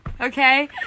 Okay